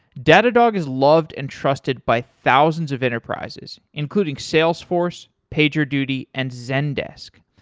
datadog is loved and trusted by thousands of enterprises including salesforce, pagerduty and zendesk.